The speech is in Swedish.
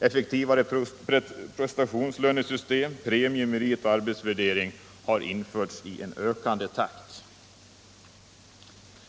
Effektivare prestationslönesystem, premier, meritoch arbetsvärdering har införts i en ökande takt.